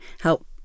help